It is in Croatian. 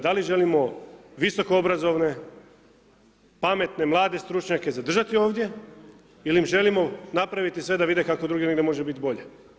Da li želimo visokoobrazovne, pametne, mlade stručnjake zadržati ovdje ili im želimo napraviti sve, da vidimo kako negdje drugdje može biti bolje.